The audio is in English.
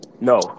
No